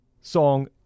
song